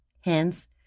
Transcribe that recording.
Hence